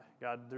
God